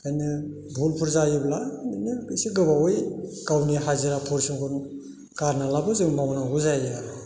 ओंखायनो बहुद बुरजायैब्ला बिदिनो एसे गोबावै गावनि हाजिरा परिस्र'मखौ गारनाब्लाबो जों मावनांगौ जायो आरो